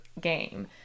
game